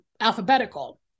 alphabetical